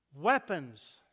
weapons